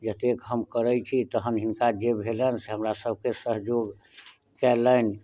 एतेक हम करै छी तहन हिनका जे भेल से हमरा सब के सहयोग कएलनि